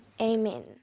Amen